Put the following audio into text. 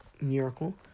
Miracle